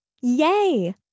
Yay